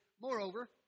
Moreover